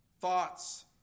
thoughts